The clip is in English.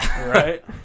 Right